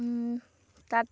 তাত